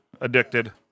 addicted